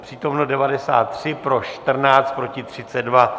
Přítomno 93, pro 14, proti 32.